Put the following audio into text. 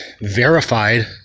verified